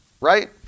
right